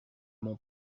mon